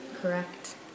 Correct